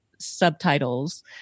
subtitles